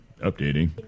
Updating